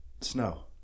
snow